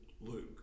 Luke